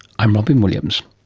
i'm robyn williams.